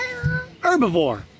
Herbivore